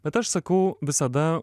bet aš sakau visada